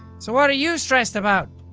so what are you stressed about?